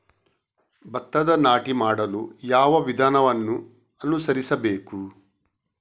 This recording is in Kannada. ಭತ್ತದ ನಾಟಿ ಮಾಡಲು ಯಾವ ವಿಧಾನವನ್ನು ಅನುಸರಿಸಬೇಕು?